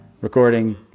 recording